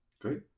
Great